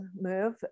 move